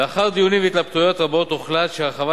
לאחר דיונים והתלבטויות רבות הוחלט שההרחבה